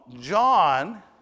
John